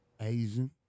Asian